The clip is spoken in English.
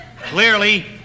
clearly